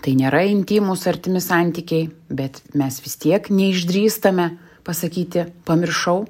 tai nėra intymūs artimi santykiai bet mes vis tiek neišdrįstame pasakyti pamiršau